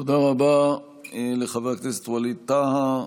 תודה רבה לחבר הכנסת ווליד טאהא.